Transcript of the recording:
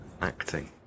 acting